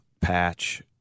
patch